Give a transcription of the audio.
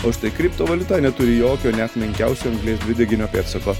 o štai kriptovaliuta neturi jokio net menkiausio anglies dvideginio pėdsako